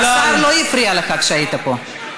השר לא הפריע לך כשהיית פה,